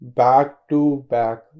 back-to-back